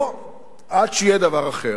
או עד שיהיה דבר אחר.